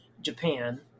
Japan